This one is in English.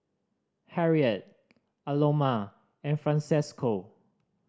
Harriet Aloma and Francesco